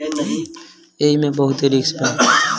एईमे बहुते रिस्क बा